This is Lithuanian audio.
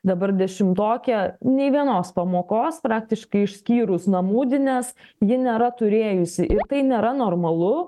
dabar dešimtokė nei vienos pamokos praktiškai išskyrus namudines ji nėra turėjusi ir tai nėra normalu